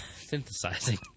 synthesizing